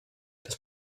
das